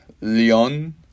Leon